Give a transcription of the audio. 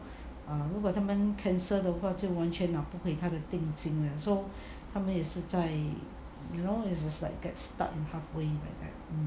err 如果他们 cancel 的话就完全拿不回那个顶级了 so 他们也是在 you know it's like get stuck halfway that kind